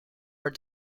her